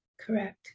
correct